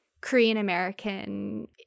Korean-American